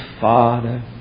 Father